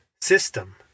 system